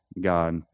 God